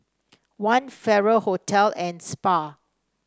One Farrer Hotel and Spa